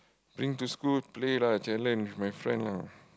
bring to school play lah challenge with my friend lah